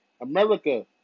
America